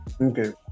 okay